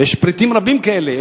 ויש פריטים רבים כאלה,